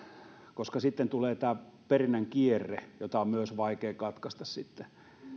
koska sitten tulee tämä perinnän kierre jota on myös vaikea katkaista